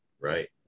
right